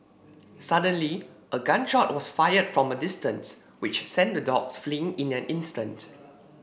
suddenly a gun shot was fired from a distance which sent the dogs fleeing in an instant